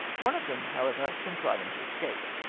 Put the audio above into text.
one of them, however, contriving to escape.